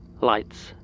Lights